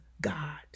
God